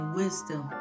wisdom